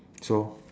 so